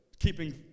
keeping